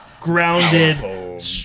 grounded